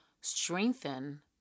strengthen